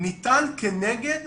ניתן כנגד